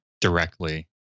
directly